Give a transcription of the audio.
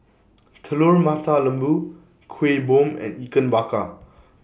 Telur Mata Lembu Kuih Bom and Ikan Bakar